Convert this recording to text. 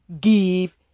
give